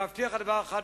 אני מבטיח לך דבר אחד,